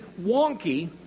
wonky